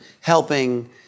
helping